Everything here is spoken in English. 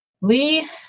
Lee